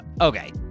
Okay